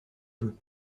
jeu